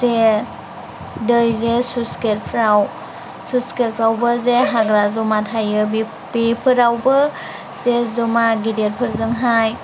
जे दै जे स्लुइस गेटफ्राव स्लुइस गेटफ्रावबो जे हाग्रा जमा थायो बेफोरावबो जे जमा गेदेरफोरजोंहाय